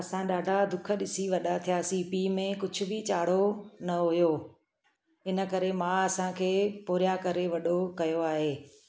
असां ॾाढा दुख ॾिसी वॾा थियासीं पीउ में कुझु बि चाढ़ो न हुओ इन करे माउ असांखे पुरिया करे वॾो कयो आहे